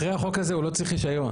אחרי החוק הזה הוא לא צריך רישיון.